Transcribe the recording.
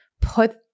put